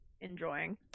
enjoying